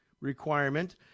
requirement